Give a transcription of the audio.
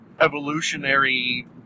evolutionary